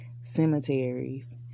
cemeteries